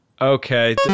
okay